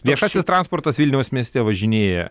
viešasis transportas vilniaus mieste važinėja